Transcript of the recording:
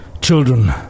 children